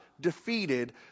defeated